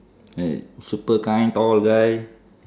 like super kind tall guy